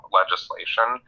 legislation